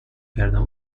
کردم